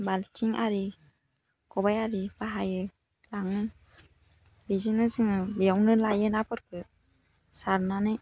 बाल्थिं आरि ख'बाय आरि बाहायो लाङो बेजोंनो जोङो बेयावनो लायो नाफोरखौ सारनानै